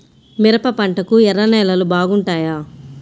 మిరప పంటకు ఎర్ర నేలలు బాగుంటాయా?